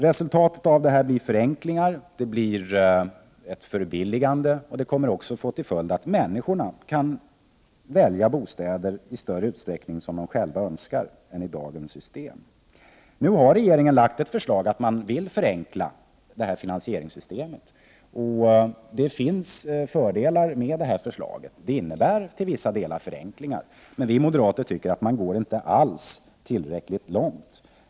Detta system medför, jämfört med dagens system, förenklingar, bostadsbyggandet blir billigare och människorna kan i större utsträckning välja de bostäder de önskar. Regeringen har nu framlagt ett förslag som innebär förenklingar av finansieringssystemet. Det finns fördelar med detta förslag, och det innebär till vissa delar förenklingar. Men vi moderater tycker att man inte alls går tillräckligt långt.